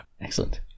Excellent